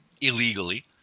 illegally